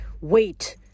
wait